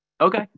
Okay